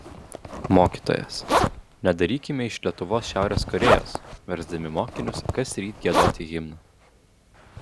mokytojas nedarykime iš lietuvos šiaurės korėjos versdami mokinius kasryt giedoti himną